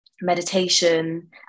meditation